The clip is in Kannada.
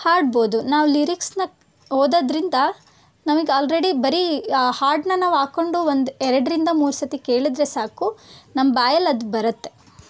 ಹಾಡ್ಬೋದು ನಾವು ಲಿರಿಕ್ಸನ್ನ ಓದೋದರಿಂದ ನಮ್ಗೆ ಆಲ್ರೆಡಿ ಬರೀ ಆ ಹಾಡನ್ನ ನಾವು ಹಾಕೊಂಡು ಒಂದು ಎರಡರಿಂದ ಮೂರು ಸರ್ತಿ ಕೇಳಿದ್ರೆ ಸಾಕು ನಮ್ಮ ಬಾಯಲ್ಲಿ ಅದು ಬರುತ್ತೆ